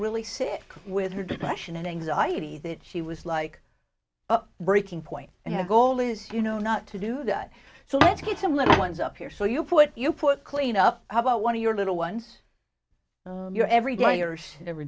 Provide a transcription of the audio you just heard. really sit with her depression and anxiety that she was like breaking point and have goal is you know not to do that so let's get some little ones up here so you put you put clean up how about one of your little ones your every